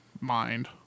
mind